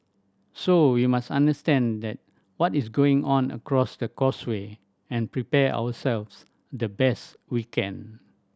so we must understand that what is going on across the causeway and prepare ourselves the best we can